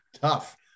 tough